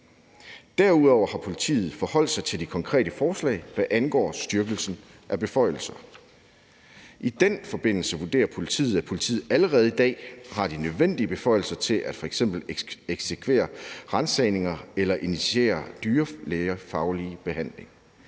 Derudover har politiet forholdt sig til de konkrete forslag, hvad angår styrkelsen af beføjelser. I den forbindelse vurderer politiet, at politiet allerede i dag har de nødvendige beføjelser til f.eks. at eksekvere ransagninger eller initiere dyrlægefaglig behandling.